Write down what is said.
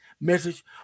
message